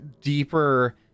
deeper